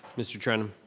mr. trenum.